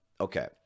Okay